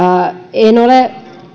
en ole